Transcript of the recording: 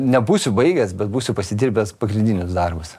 nebūsiu baigęs bet būsiu pasidirbęs pagrindinius darbus